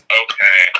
okay